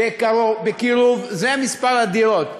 בקירוב, זה מספר הדירות.